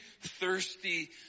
thirsty